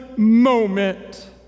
moment